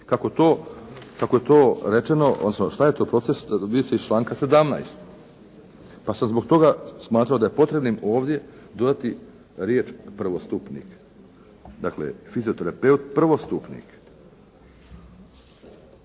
Kako je to rečeno odnosno što je to proces vidi se iz članka 17. pa sam zbog toga smatrao da je potrebnim ovdje dodati riječ prvostupnik. Dakle, fizioterapeut prvostupnik.